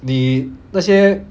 你那些